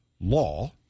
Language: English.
law